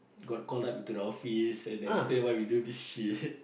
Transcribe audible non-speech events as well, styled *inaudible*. got called up into the office and explain why we do this shit *breath*